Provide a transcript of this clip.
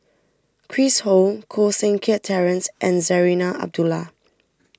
Chris Ho Koh Seng Kiat Terence and Zarinah Abdullah